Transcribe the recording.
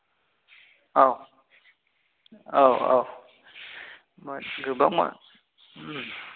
औ औ औ मानसि गोबां मान औ